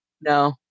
No